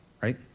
right